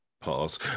pause